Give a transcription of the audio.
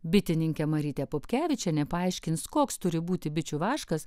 bitininkė marytė pupkevičienė paaiškins koks turi būti bičių vaškas